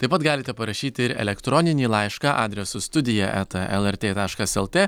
taip pat galite parašyti ir elektroninį laišką adresu studija eta lrt taškas lt